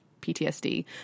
ptsd